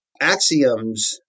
Axiom's